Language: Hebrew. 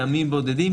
ימים בודדים.